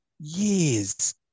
years